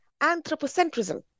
anthropocentrism